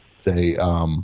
say